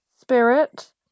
spirit